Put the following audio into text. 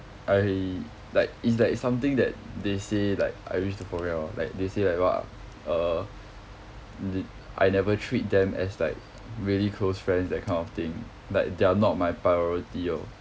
I like is like something that they say like I wish to forget lor like they say like !wah! uh l~ I never treat them as like really close friends that kind of thing like they're not my priority lor